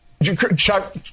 Chuck